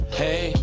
hey